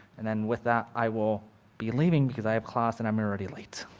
and then with that i will be leaving because i have class and i'm already late.